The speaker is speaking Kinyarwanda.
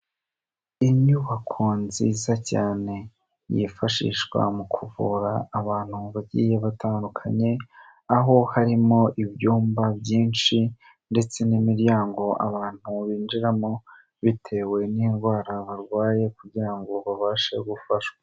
Inyubako nziza cyane, yifashishwa mu kuvura abantu bagiye batandukanye, aho harimo ibyumba byinshi, ndetse n'imiryango abantu binjiramo, bitewe n'indwara barwaye, kugira ngo babashe gufashwa.